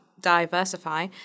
diversify